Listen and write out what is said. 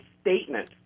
statement